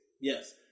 Yes